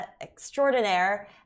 extraordinaire